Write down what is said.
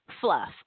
fluff